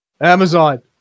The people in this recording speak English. Amazon